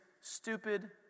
stupid